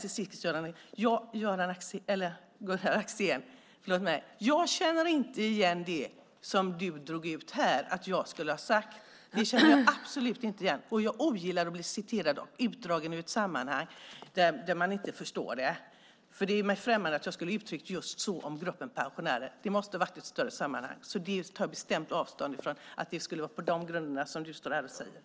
Till sist, Gunnar Axén, jag känner inte igen det som du sade att jag skulle ha sagt. Det känner jag absolut inte igen. Jag ogillar att bli citerad när det dras ut ur sitt sammanhang så att man inte förstår det. Det är mig främmande att jag skulle ha uttryckt mig just så om gruppen pensionärer. Det måste ha varit i ett större sammanhang. Jag tar bestämt avstånd ifrån att det skulle vara på de grunderna som du står här och säger.